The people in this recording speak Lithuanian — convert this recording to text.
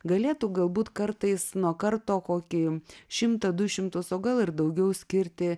galėtų galbūt kartais nuo karto kokį šimtą du šimtus o gal ir daugiau skirti